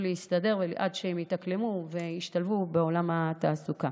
להסתדר עד שהם יתאקלמו וישתלבו בעולם התעסוקה.